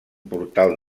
portal